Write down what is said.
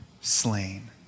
slain